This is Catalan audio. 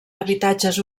habitatges